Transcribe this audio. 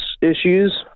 issues